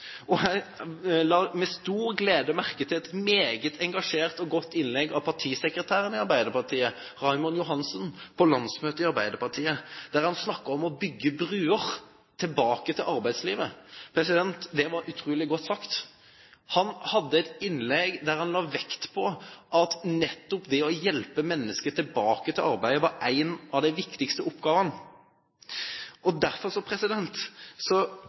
Jeg la med stor glede merke til et meget engasjert og godt innlegg av partisekretæren i Arbeiderpartiet, Raymond Johansen, på landsmøtet i Arbeiderpartiet. Der snakket han om å bygge broer tilbake til arbeidslivet. Det var utrolig godt sagt. Han hadde et innlegg der han la vekt på at nettopp det å hjelpe mennesker tilbake til arbeidet var en av de viktigste oppgavene. Derfor